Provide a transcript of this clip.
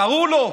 קראו לו.